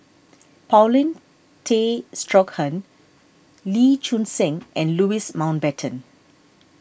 Paulin Tay Straughan Lee Choon Seng and Louis Mountbatten